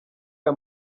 aya